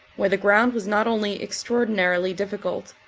where the ground was not only extraordinarily difficult,